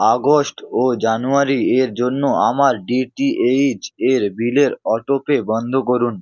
August ও January এর জন্য আমার ডি টি এইচের বিলের অটোপে বন্ধ করুন